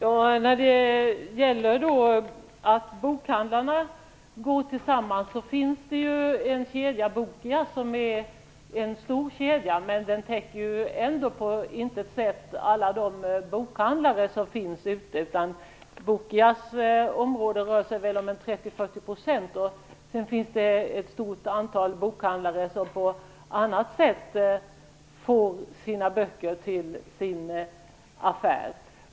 Herr talman! Vad gäller bokhandlarnas benägenhet att gå samman vill jag säga att det finns en stor kedja, Bokia, som ändå inte täcker alla bokhandlare. Bokias andel uppgår väl till ca 30-40 %, och därutöver finns det ett stort antal bokhandlare som på annat sätt får böcker till sina affärer.